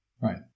Right